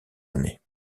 années